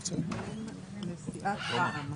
אז הוא היה ממלא מקום יושב-ראש.